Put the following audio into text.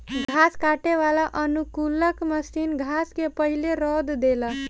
घास काटे वाला अनुकूलक मशीन घास के पहिले रौंद देला